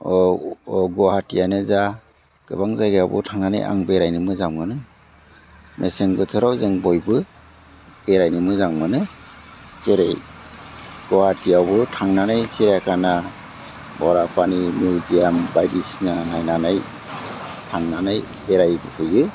गुवाहाटियानो जा गोबां जायगायावबो थांनानै आं बेरायनो मोजां मोनो मेसें बोथोराव जों बयबो बेरायनो मोजां मोनो जेरै गुवाहाटियावबो थांनानै सिरियाखाना बराफानि मिउजियाम बायदिसिना नायनानै थांनानै बेरायहैयो